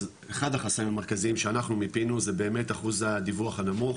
אז אחד החסמים המרכזיים שאנחנו מיפינו זה באמת אחוז הדיווח הנמוך.